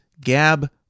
Gab